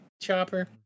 chopper